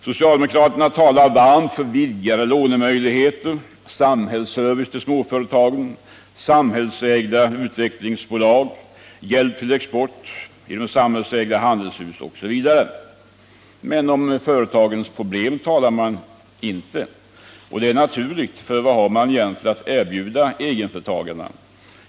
Socialdemokraterna talar varmt för en vidgning av lånemöjligheterna, samhällsservice till småföretagen, samhällsägda utvecklingsbolag, hjälp till export genom samhällsägda handelshus osv. Men om företagarens problem talar man inte. Och detta är naturligt, för vad har man egentligen att erbjuda egenföretagare?